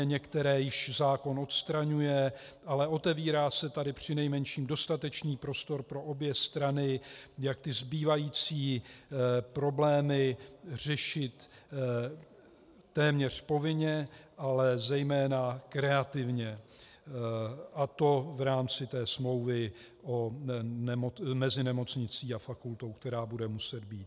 Některé již zákon odstraňuje, ale otevírá se tady přinejmenším dostatečný prostor pro obě strany, jak ty zbývající problémy řešit téměř povinně, ale zejména kreativně, a to v rámci smlouvy mezi nemocnicí a fakultou, která bude muset být.